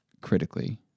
critically